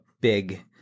big